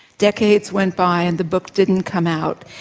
decades went by and the book didn't come out.